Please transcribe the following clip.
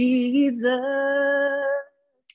Jesus